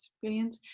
brilliant